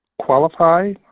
qualify